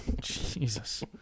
Jesus